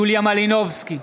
יוליה מלינובסקי,